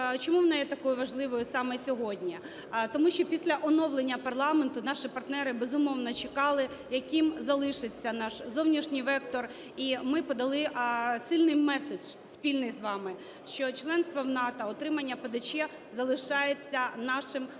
Чому вона є такою важливою саме сьогодні? Тому що після оновлення парламенту наші партнери, безумовно, чекали, яким залишиться наш зовнішній вектор. І ми подали сильний меседж спільний з вами, що членство в НАТО, отримання ПДЧ залишається нашим головним